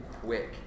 quick